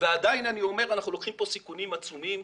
ועדיין אני אומר שאנחנו לוקחים כאן סיכונים עצומים.